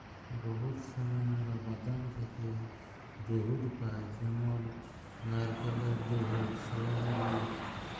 বহুত সময় আমরা বাদাম থ্যাকে দুহুদ পাই যেমল লাইরকেলের দুহুদ, সয়ামিলিক